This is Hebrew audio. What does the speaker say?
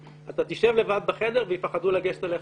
אתה תשב לבד בחדר ואנשים יפחדו לגשת אליך.